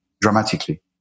dramatically